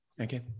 Okay